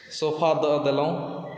sofa दऽ देलहुँ